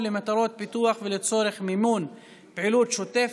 למטרות פיתוח ולצורך מימון פעילות שוטפת,